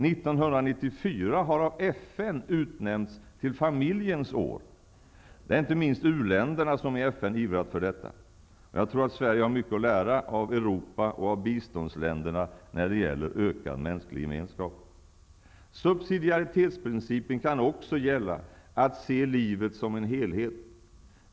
1994 har av FN utnämnts till familjens år. Det är inte minst u-länderna som i FN ivrat för detta. Sverige har mycket att lära av Europa och av biståndsländerna när det gäller ökad mänsklig gemenskap. Subsidiaritetsprincipen kan också gälla att se livet som en helhet.